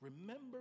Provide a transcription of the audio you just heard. remember